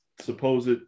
supposed